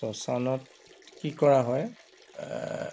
শ্মশানত কি কৰা হয়